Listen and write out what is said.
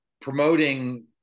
promoting